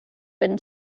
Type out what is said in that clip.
been